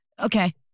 okay